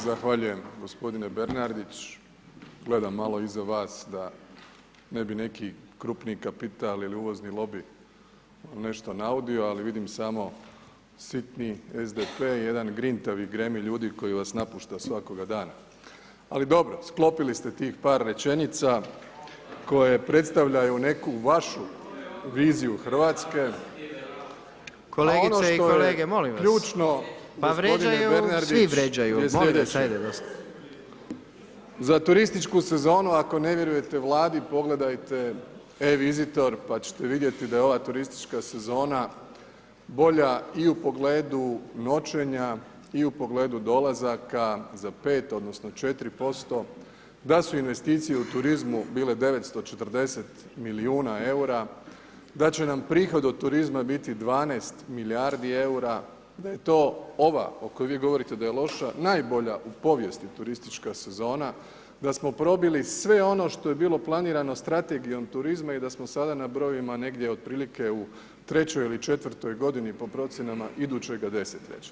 Zahvaljujem gospodine Bernardić, gledam malo iza vas da ne bi neki krupniji kapital ili uvozni lobi vam nešto naudio ali vidim samo sitni SDP, jedan grintavi … ljudi koji vas napušta svakoga dana ali dobro, sklopili ste tih par rečenica koje predstavljaju neku vašu viziju Hrvatske [[Upadica predsjednik: Kolegice i kolege, molim vas…]] Ono što je ključno, gospodine Bernardić je slijedeće [[Upadica predsjednik: Pa vrijeđaju, svi vrijeđaju, molim vas ajde dosta.]] Za turističku sezonu ako ne vjerujete Vladi, pogledajte e-Visitor pa ćete vidjeti da ova turistička sezona je bolja i u pogledu noćenja i u pogledu dolazaka za 5 odnosno 4%, da su investicije u turizmu bile 940 milijuna eura, da će nam prihod od turizma biti 12 milijardi eura, da je to ova o kojoj vi govorite da je loša, najbolja u povijesti turistička sezona, da smo probili sve ono što je bilo planirano strategijom turizma i da smo sada na brojevima negdje otprilike u trećoj ili četvrtoj godini po procjenama idućega desetljeća.